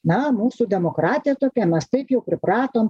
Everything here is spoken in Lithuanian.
na mūsų demokratija tokia mes taip jau pripratom